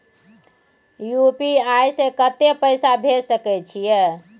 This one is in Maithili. यु.पी.आई से कत्ते पैसा भेज सके छियै?